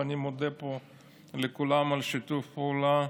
ואני מודה פה לכולם על שיתוף הפעולה,